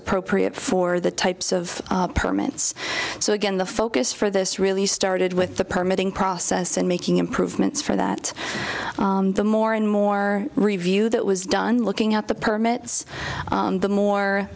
appropriate for the types of permits so again the focus for this really started with the permitting process and making improvements for that the more and more review that was done looking at the permits the more